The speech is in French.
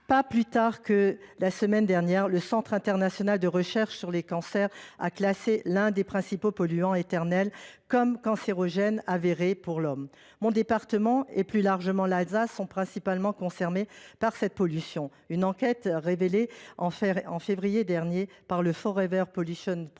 ressource en eau. La semaine dernière, le Centre international de recherche sur le cancer a classé l’un des principaux polluants éternels comme cancérogène avéré pour l’homme. Mon département, et plus largement l’Alsace sont principalement concernés par cette pollution. Une enquête révélée en février dernier par a ainsi mis en